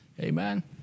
Amen